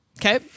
okay